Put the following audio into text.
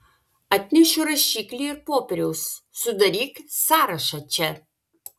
atnešiu rašiklį ir popieriaus sudaryk sąrašą čia